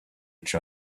each